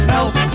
Help